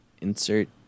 Insert